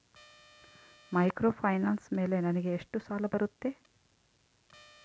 Microfinance ಮೇಲೆ ನನಗೆ ಎಷ್ಟು ಸಾಲ ಬರುತ್ತೆ?